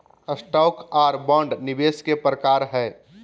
stock आर bond निवेश के प्रकार हय